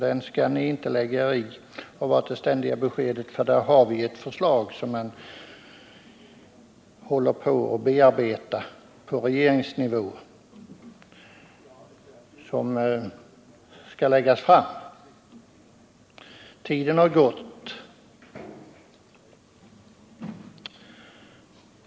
— Den skall ni inte lägga er i, har varit det ständiga beskedet. Där har vi ett förslag som bearbetas på regeringsnivå. Tiden har gått.